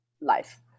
life